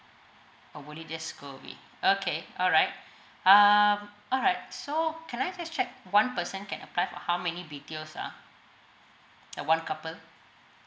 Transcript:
or would it just go away okay alright uh alright so can I just check one person can apply for how many B_T_Os ah uh one couple